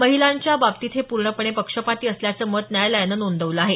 महिलांच्या बाबतीत हे पूर्णपणे पक्षपाती असल्याचं मत न्यायालयानं नोंदवलं आहे